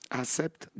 accept